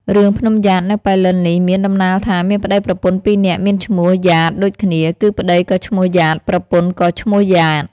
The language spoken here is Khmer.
រឿង ភ្នំំយ៉ាតនៅប៉ៃលិននេះមានដំណាលថា មានប្ដីប្រពន្ធពីរនាក់មានឈ្មោះយ៉ាតដូចគ្នា គឺប្ដីក៏ឈ្មោះយ៉ាត ប្រពន្ធក៏ឈ្មោះយ៉ាត។